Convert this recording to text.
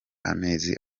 amezi